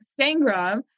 Sangram